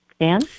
Dan